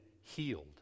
healed